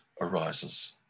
arises